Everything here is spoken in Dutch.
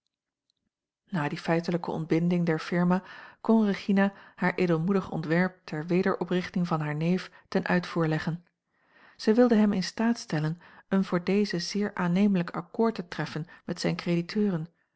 na die feitelijke ontbinding der firma kon regina haar edelmoedig ontwerp ter wederoprichting van haar neef tenuitvoerleggen zij wilde hem in staat stellen een voor dezen zeer aannemelijk akkoord te treffen met zijne